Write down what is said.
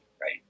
right